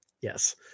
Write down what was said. Yes